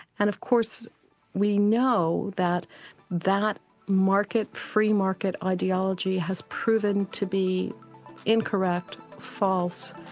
and of course we know that that market, free market ideology has proven to be incorrect, false,